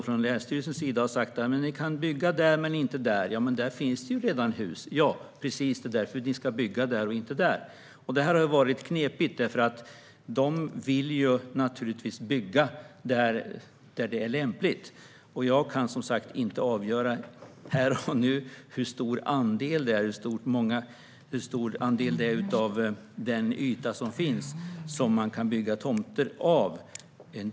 Från länsstyrelsens sida har man då sagt: - Ni kan bygga där men inte där. - Ja, men där finns det ju redan hus. - Ja, precis. Det är därför ni ska bygga där och inte där. Det här varit knepigt, för man vill naturligtvis bygga där det är lämpligt. Jag kan som sagt inte avgöra här och nu hur stor andel av den yta som finns man kan göra tomter av.